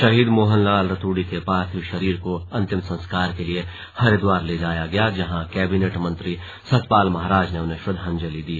शहीद मोहनलाल रतूड़ी के पार्थिव शरीर को अंतिम संस्कार के लिए हरिद्दार ले जाया गया जहां कैबिनेट मंत्री सतपाल महाराज ने उन्हें श्रद्धांजलि दी